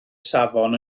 safon